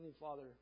Father